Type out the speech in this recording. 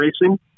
racing